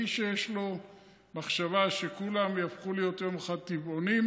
מי שיש לו מחשבה שכולם יהפכו להיות יום אחד טבעונים,